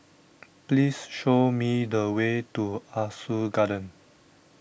please show me the way to Ah Soo Garden